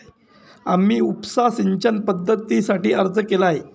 आम्ही उपसा सिंचन पद्धतीसाठी अर्ज केला आहे